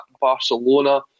Barcelona